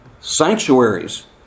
sanctuaries